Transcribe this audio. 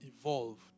evolved